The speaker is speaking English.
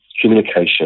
communication